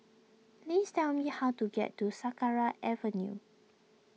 please tell me how to get to Sakra Avenue